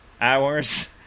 hours